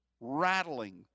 rattling